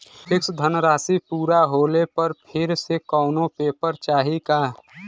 Fix धनराशी पूरा होले पर फिर से कौनो पेपर चाही का?